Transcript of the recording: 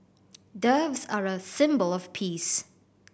doves are a symbol of peace